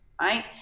right